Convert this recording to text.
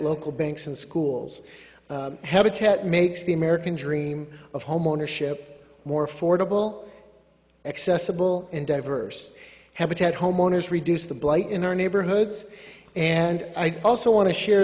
local banks and schools habitat makes the american dream of homeownership more affordable accessible and diverse habitat homeowners reduce the blight in our neighborhoods and i also want to share